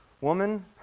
Woman